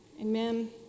Amen